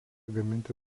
gaminti